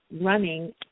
running